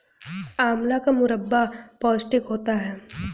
आंवला का मुरब्बा पौष्टिक होता है